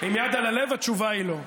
עם יד על הלב, התשובה היא לא.